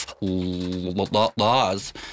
laws